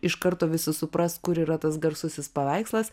iš karto visi supras kur yra tas garsusis paveikslas